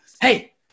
Hey